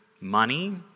money